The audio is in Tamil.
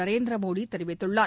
நரேந்திர மோடி தெரிவித்துள்ளார்